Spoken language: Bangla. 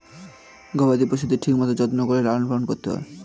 গবাদি পশুদের ঠিক মতন যত্ন করে লালন পালন করতে হয়